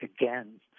again